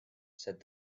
said